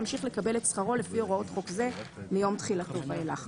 ימשיך לקבל את שכרו לפי הוראות חוק זה מיום תחילתו ואילך.".